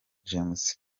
james